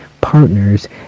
partners